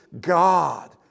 God